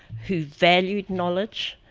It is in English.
who valued knowledge,